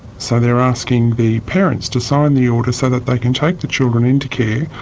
so they're asking the parents to sign the order so that they can take the children in to care,